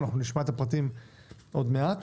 אנחנו נשמע את הפרטים עוד מעט.